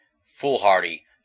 foolhardy